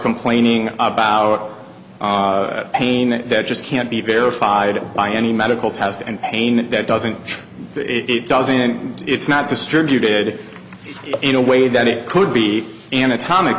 complaining about our pain that just can't be verified by any medical test and pain that doesn't it doesn't it's not distributed in a way that it could be anatomic